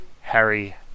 Harry